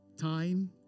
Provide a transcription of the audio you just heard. time